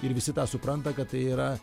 ir visi tą supranta kad tai yra